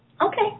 Okay